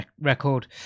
record